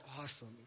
awesome